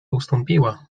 ustąpiła